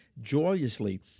joyously